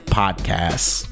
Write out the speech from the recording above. podcasts